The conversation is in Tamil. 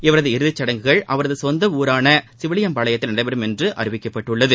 இவரது இறுதிச்சுடங்குகள் அவரது சொந்த ஊரான சிவிலியம்பாளையத்தில் நடைபெறும் என்று அறிவிக்கப்பட்டுள்ளது